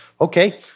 Okay